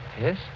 Yes